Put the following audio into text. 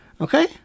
Okay